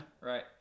right